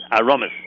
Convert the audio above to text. aromas